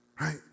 right